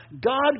God